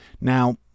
Now